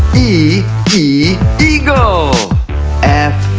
e e eagle f,